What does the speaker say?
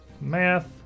math